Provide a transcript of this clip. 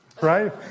Right